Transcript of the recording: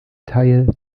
teil